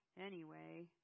Anyway